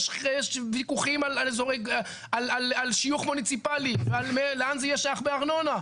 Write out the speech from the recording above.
יש ויכוחים על שיוך מוניציפלי ועל לאן זה יהיה שייך בארנונה.